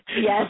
Yes